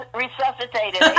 resuscitated